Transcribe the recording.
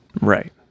Right